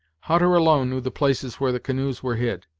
hutter alone knew the places where the canoes were hid,